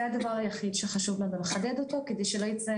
זה הדבר היחיד שחשוב לנו לחדד אותו כדי שלא יצא